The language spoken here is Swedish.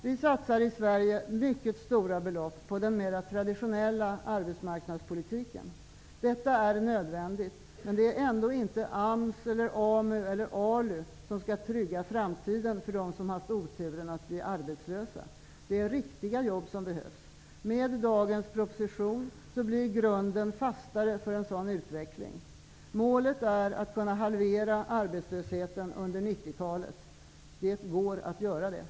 Vi satsar i Sverige mycket stora belopp på den mera traditionella arbetsmarknadspolitiken. Detta är nödvändigt, men det är ändå inte AMS, AMU eller ALU som skall trygga framtiden för dem som har haft oturen att bli arbetslösa. Det är riktiga jobb som behövs. Med dagens proposition blir grunden fastare för en sådan utveckling. Målet är att kunna halvera arbetslösheten under 90-talet. Det går att göra det.